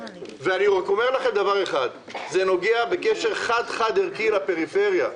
אני אומר לכם דבר אחד: זה נוגע בקשר חד-חד ערכי לפריפריה.